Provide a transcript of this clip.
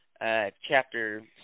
chapter